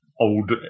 old